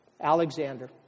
Alexander